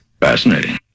Fascinating